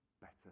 better